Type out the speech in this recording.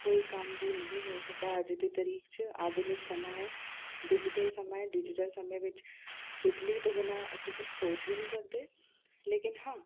ਕੋਈ ਕੰਮ ਵੀ ਨਹੀਂ ਹੋ ਸਕਦਾ ਅੱਜ ਦੀ ਤਰੀਕ 'ਚ ਆਧੁਨਿਕ ਸਮਾਂ ਹੈ ਡਿਜੀਟਲ ਸਮਾਂ ਹੈ ਡਿਜੀਟਲ ਸਮੇਂ ਵਿੱਚ ਬਿਜਲੀ ਤੋਂ ਬਿਨਾਂ ਅਸੀਂ ਕੁਛ ਸੋਚ ਵੀ ਨਹੀਂ ਸਕਦੇ ਲੇਕਿਨ ਹਾਂ